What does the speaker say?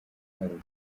haruguru